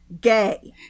gay